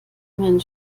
meinen